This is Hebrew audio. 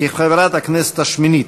כחברת הכנסת השמינית,